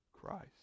Christ